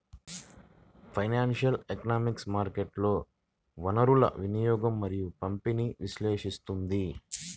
financial economics మార్కెట్లలో వనరుల వినియోగం మరియు పంపిణీని విశ్లేషిస్తుంది